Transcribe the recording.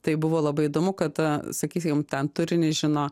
tai buvo labai įdomu kada sakysim ten turinį žino